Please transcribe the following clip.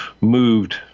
moved